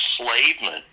enslavement